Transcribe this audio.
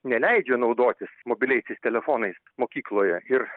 neleidžia naudotis mobiliaisiais telefonais mokykloje ir